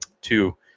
two